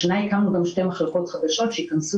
השנה הקמנו גם שתי מחלקות חדשות שייכנסו